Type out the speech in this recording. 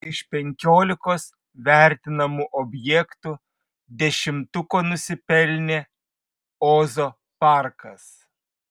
iš penkiolikos vertinamų objektų dešimtuko nusipelnė ozo parkas